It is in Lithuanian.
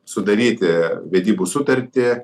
sudaryti vedybų sutartį